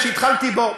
אנחנו ניקח את זמננו.